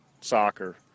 soccer